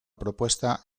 propuesta